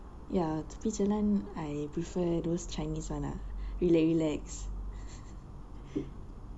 ya tepi jalan I prefer those chinese one ah relax relax